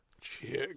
Check